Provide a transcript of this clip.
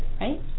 Right